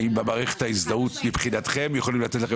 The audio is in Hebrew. האם המערכת ההזדהות מבחינתכם יכולים לתת לכם